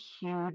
huge